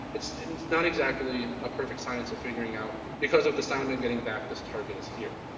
it's it's not exactly a perfect science of figuring out because of the sound, i'm getting back, this target is here.